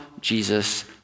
Jesus